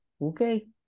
Okay